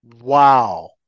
Wow